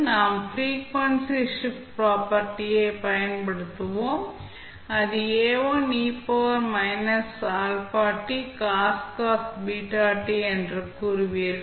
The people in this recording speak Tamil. நாம் ஃப்ரீக்வன்சி ஷிப்ட் ப்ராப்பர்ட்டி பயன்படுத்துவோம் அது என்று கூறுவீர்கள்